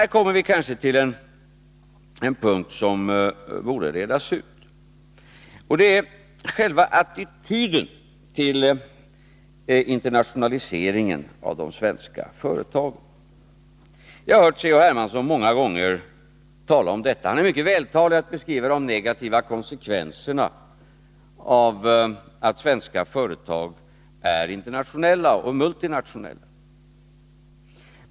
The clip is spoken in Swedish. Här kommer vi kanske till en punkt som borde redas ut. Det är själva attityden till internationaliseringen av de svenska företagen. Jag har hört C.-H. Hermansson många gånger tala om detta. Han är mycket vältalig när det gäller att beskriva de negativa konsekvenserna av att svenska företag är internationella och multinationella.